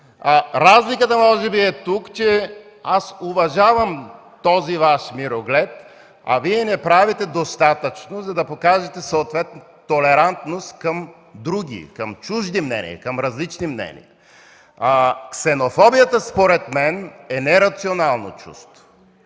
Разликата може би е тук, че аз уважавам този Ваш мироглед, а Вие не правите достатъчно, за да покажете съответна толерантност към други, към чужди мнения, към различни мнения. Ксенофобията, според мен, е нерационално чувство.